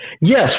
Yes